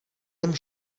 jim